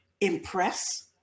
impress